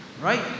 Right